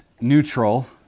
neutral